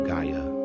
Gaia